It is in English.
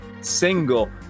single